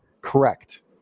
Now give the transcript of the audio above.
Correct